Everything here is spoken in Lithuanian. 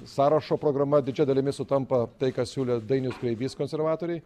sąrašo programa didžia dalimi sutampa tai ką siūlė dainius kreivys konservatoriai